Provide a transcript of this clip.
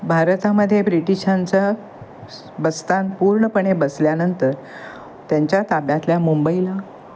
भारतामध्ये ब्रिटिशांचा बस्तान पूर्णपणे बसल्यानंतर त्यांच्या ताब्यातल्या मुंबईला